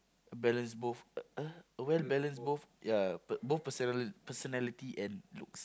balance both uh well balance both ya but both personal personality and looks